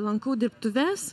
lankau dirbtuves